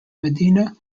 medina